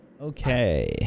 Okay